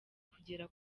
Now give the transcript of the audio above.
kugera